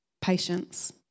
patience